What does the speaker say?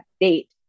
date